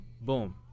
Boom